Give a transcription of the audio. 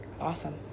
awesome